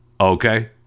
okay